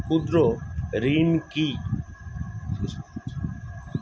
ক্ষুদ্র ঋণ কি?